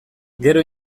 gero